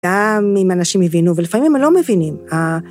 גם אם אנשים הבינו ולפעמים הם לא מבינים.